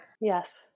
Yes